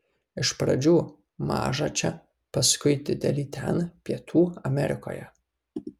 iš pradžių mažą čia paskui didelį ten pietų amerikoje